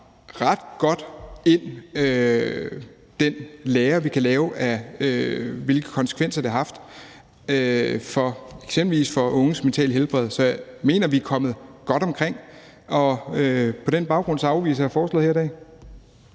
ret godt ind, i forhold til hvilke konsekvenser det har haft, eksempelvis for unges mentale helbred. Så jeg mener, at vi er kommet godt omkring det, og på den baggrund afviser jeg forslaget her i dag.